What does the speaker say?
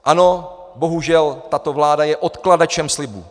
Ano, bohužel tato vláda je odkladačem slibů.